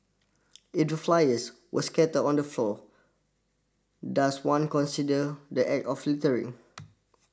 flyers were scattered on the floor does one consider the act of littering